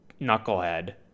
knucklehead